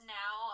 now